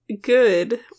good